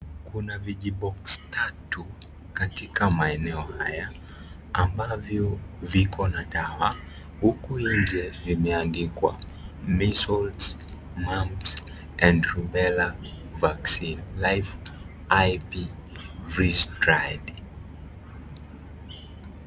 Kuna (CS)vijibox(CS) tatu katika maeneo haya ambavyo viko na dawa, huku (CSinje(CS) vimeandikwa, (CS)measles MUMS and Rubella vaccine life Ip(CS).......